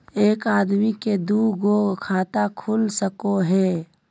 एक आदमी के दू गो खाता खुल सको है?